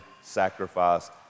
sacrificed